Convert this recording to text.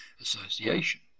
association